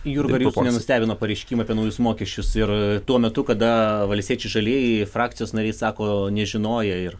jurga ar jūsų nenustebino pareiškimai apie naujus mokesčius ir tuo metu kada valstiečiai žalieji frakcijos nariai sako nežinoję ir